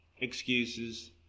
excuses